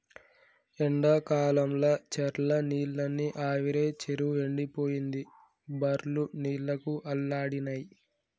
ఎండాకాలంల చెర్ల నీళ్లన్నీ ఆవిరై చెరువు ఎండిపోయింది బర్లు నీళ్లకు అల్లాడినై